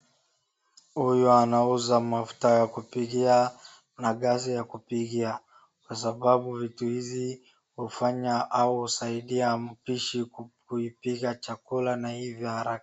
Huyu anauza mafuta ya kupikia na gasi ya kupikia. Kwa sababu vitu hizi hufanya au husaidia mpishi kuipika chakula na iive haraka.